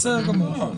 בסדר גמור.